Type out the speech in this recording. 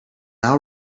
now